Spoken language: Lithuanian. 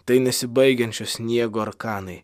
tai nesibaigiančio sniego arkanai